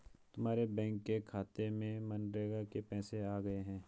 तुम्हारे बैंक के खाते में मनरेगा के पैसे आ गए हैं